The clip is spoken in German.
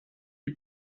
die